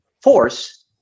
force